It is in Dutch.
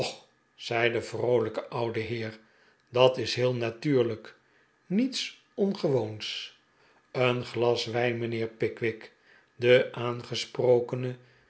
zei de vroolijke oude heer dat is heel natuurlijk niets ongewoons een glas wijn mijnheer pickwick de aangesprokene